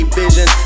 vision